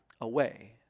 away